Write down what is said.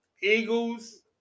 Eagles